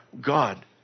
God